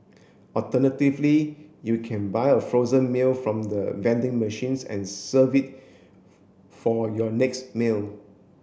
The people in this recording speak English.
alternatively you can buy a frozen meal from the vending machines and serve it for your next meal